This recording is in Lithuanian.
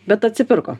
bet atsipirko